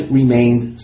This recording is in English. remained